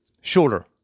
Shorter